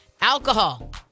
Alcohol